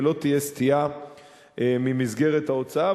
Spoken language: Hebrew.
ולא תהיה סטייה ממסגרת ההוצאה.